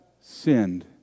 sinned